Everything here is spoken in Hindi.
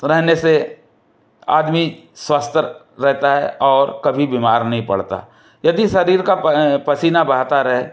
रहने से आदमी स्वस्थ रहता है और कभी बीमार नहीं पड़ता यदि शरीर का पसीना बहाता रहे